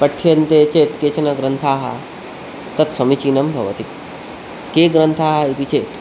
पठ्यन्ते चेत् केचन ग्रन्थाः तत् समीचीनं भवति के ग्रन्थाः इति चेत्